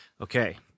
Okay